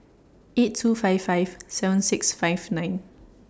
eight two five five seven six five nine